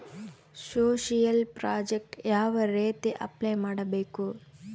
Social project ಯಾವ ರೇತಿ apply ಮಾಡಬೇಕು?